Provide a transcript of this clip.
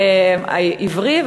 העברי.